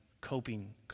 coping